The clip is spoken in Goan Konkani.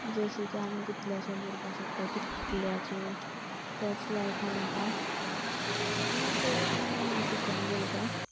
जशें की आमी कितले अशें बरपा शकता कितल्याचेर तेच लायक आसा म्हाका आनी हांव चडशें नॉर्थ इशटियन बरयता